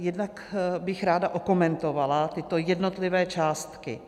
Jednak bych ráda okomentovala tyto jednotlivé částky.